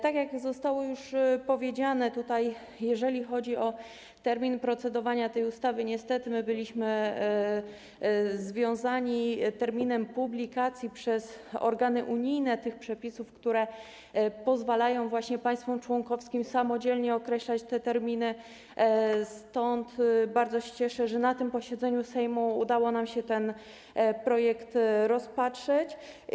Tak jak zostało już tutaj powiedziane, jeżeli chodzi o termin procedowania tej ustawy, niestety byliśmy związani terminem publikacji przez organy unijne przepisów, które pozwalają państwom członkowskim samodzielnie określać te terminy, stąd bardzo się cieszę, że na tym posiedzeniu Sejmu udało nam się ten projekt rozpatrzeć.